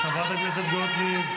חברת הכנסת גוטליב.